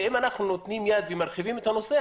ואם אנחנו נותנים יד ומרחיבים את הנושא,